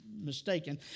Mistaken